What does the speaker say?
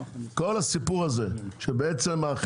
כל הסיפור הזה שהחברות,